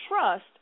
trust